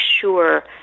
sure